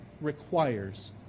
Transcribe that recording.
requires